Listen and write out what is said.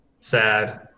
sad